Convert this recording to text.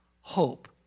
hope